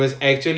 ya